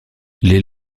les